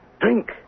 Drink